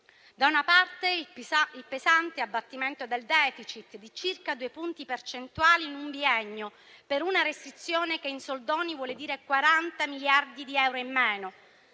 da una parte, il pesante abbattimento del *deficit* di circa 2 percentuali in un biennio per una restrizione che in soldoni vuole dire 40 miliardi di euro in meno;